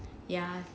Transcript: ya